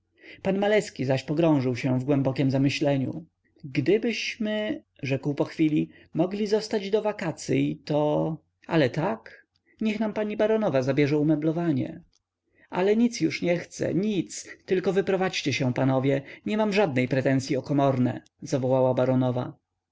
pan maleski zaś pogrążył się w głębokiem zamyśleniu gdybyśmy rzekł po chwili mogli zostać do wakacyj to ale tak niech nam pani baronowa zabierze umeblowanie ach nic już nie chcę nic tylko wyprowadźcie się panowie nie mam żadnej pretensyi o komorne zawołała baronowa